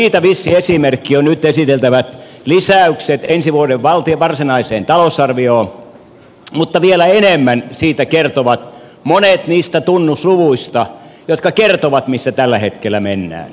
siitä vissi esimerkki ovat nyt esiteltävät lisäykset ensi vuoden varsinaiseen talousarvioon mutta vielä enemmän siitä kertovat monet niistä tunnusluvuista jotka kertovat missä tällä hetkellä mennään